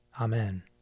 Amen